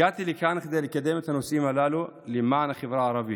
הגעתי לכאן כדי לקדם את הנושאים הללו למען החברה הערבית,